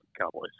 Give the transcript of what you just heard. Cowboys